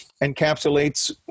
encapsulates